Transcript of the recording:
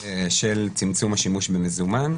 של צמצום השימוש במזומן.